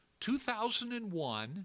2001